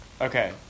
okay